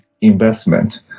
investment